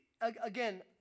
Again